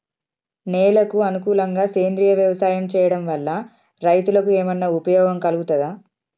నేలకు అనుకూలంగా సేంద్రీయ వ్యవసాయం చేయడం వల్ల రైతులకు ఏమన్నా ఉపయోగం కలుగుతదా?